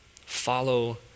Follow